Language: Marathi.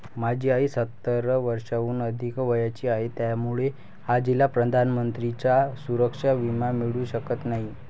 माझी आजी सत्तर वर्षांहून अधिक वयाची आहे, त्यामुळे आजीला पंतप्रधानांचा सुरक्षा विमा मिळू शकत नाही